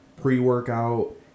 pre-workout